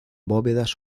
bóvedas